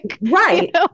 right